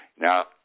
now